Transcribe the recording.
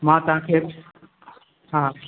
मां तव्हां खे हा